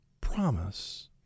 promise